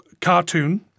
cartoon